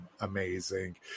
amazing